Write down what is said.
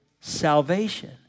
Salvation